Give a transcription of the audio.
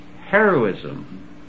heroism